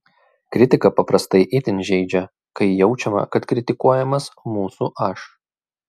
kritika paprastai itin žeidžia kai jaučiama kad kritikuojamas mūsų aš